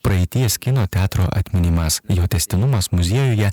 praeities kino teatro atminimas jo tęstinumas muziejuje